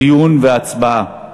דיון והצבעה.